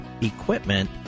equipment